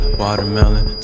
watermelon